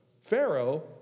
Pharaoh